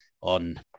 on